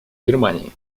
германии